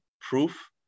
proof